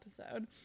episode